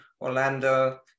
Orlando